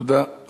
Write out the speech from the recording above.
תודה.